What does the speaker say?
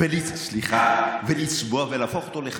זה לא קטן.